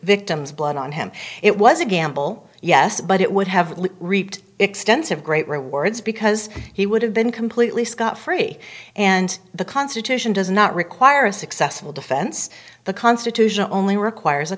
victim's blood on him it was a gamble yes but it would have reaped extensive great rewards because he would have been completely scot free and the constitution does not require a successful defense the constitution only requires a